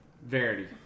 Verity